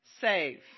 save